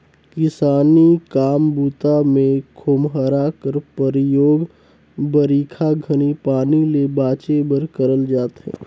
किसानी काम बूता मे खोम्हरा कर परियोग बरिखा घनी पानी ले बाचे बर करल जाथे